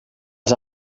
els